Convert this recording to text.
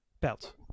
belt